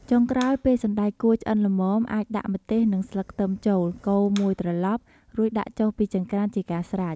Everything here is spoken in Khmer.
ចុងក្រោយ ពេលសណ្ដែកគួរឆ្អិនល្មម អាចដាក់ម្ទេសនិងស្លឹកខ្ទឹមចូល កូរមួយត្រឡប់ រួចដាក់ចុះពីចង្ក្រានជាការស្រេច។